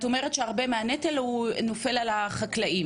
אז את אומרת שהרבה מהנטל נופל על החקלאים?